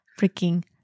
freaking